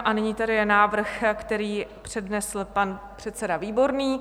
A nyní je tady návrh, který přednesl pan předseda Výborný.